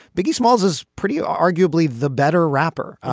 biggie smalls is pretty arguably the better rapper,